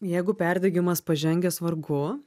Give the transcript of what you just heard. jeigu perdegimas pažengęs vargu